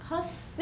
cause